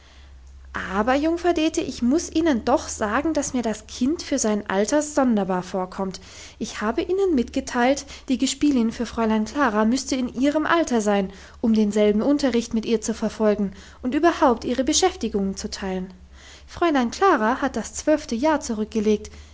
aber jungfer dete ich muss ihnen doch sagen dass mir das kind für sein alter sonderbar vorkommt ich habe ihnen mitgeteilt die gespielin für fräulein klara müsste in ihrem alter sein um denselben unterricht mit ihr zu verfolgen und überhaupt ihre beschäftigungen zu teilen fräulein klara hat das zwölfte jahr zurückgelegt